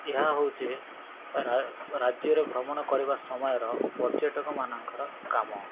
ଏହା ହେଉଛି ରାଜ୍ୟରେ ଭ୍ରମଣ କରିବା ସମୟର ପର୍ଯ୍ୟଟକମାନଙ୍କର କାମ